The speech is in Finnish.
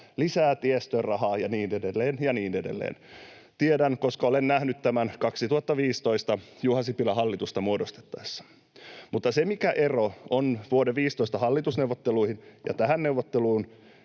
lisää tiestöön rahaa ja niin edelleen ja niin edelleen. Tiedän, koska olen nähnyt tämän vuonna 2015 Juha Sipilän hallitusta muodostettaessa. Mutta se ero vuoden 15 hallitusneuvotteluissa ja näissä neuvotteluissa